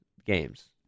Games